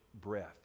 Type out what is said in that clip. breath